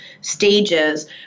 stages